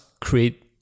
create